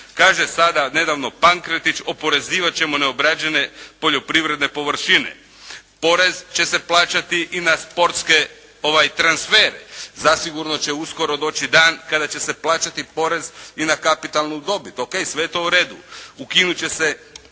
Kaže sada nedavno Pankretić oporezivat ćemo neobrađene poljoprivredne površine. Porez će se plaćati i na sportske transfere, zasigurno će uskoro doći dan kada će se plaćati porez i na kapitalnu dobit. Ok sve je to u redu. Ukinut će se